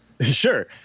Sure